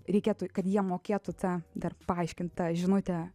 reikėtų kad jie mokėtų tą dar paaiškint tą žinutę